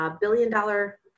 billion-dollar